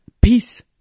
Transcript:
peace